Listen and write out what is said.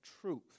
truth